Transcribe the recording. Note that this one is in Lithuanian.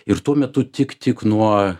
ir tuo metu tik tik nuo